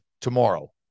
tomorrow